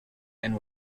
and